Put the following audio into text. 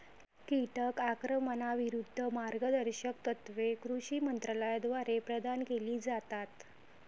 कीटक आक्रमणाविरूद्ध मार्गदर्शक तत्त्वे कृषी मंत्रालयाद्वारे प्रदान केली जातात